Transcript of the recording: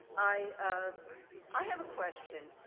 i ah i have a question.